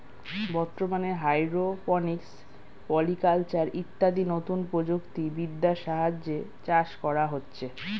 বর্তমানে hydroponics, polyculture ইত্যাদি নতুন প্রযুক্তি বিদ্যার সাহায্যে চাষ করা হচ্ছে